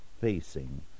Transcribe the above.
facing